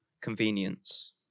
convenience